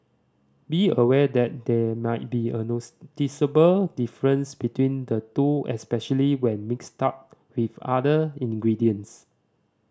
be aware that there might be a noticeable difference between the two especially when mixed up with other ingredients